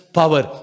power